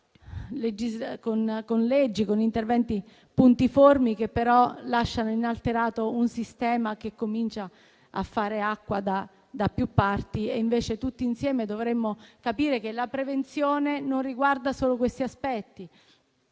con interventi normativi puntiformi, che però lasciano inalterato un sistema che comincia a fare acqua da più parti. Invece tutti insieme dovremmo capire che la prevenzione non riguarda solo questi aspetti,